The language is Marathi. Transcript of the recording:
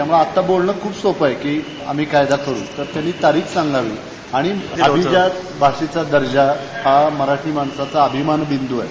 त्यामुळं आता बोलणं खूप सोपं आहे की आम्ही कायदा करु तरी त्याची तारीख सांगावी आणि अभिजात भाषेचा दर्जा हा मराठी माणसाचा अधिमान बिंदू आहे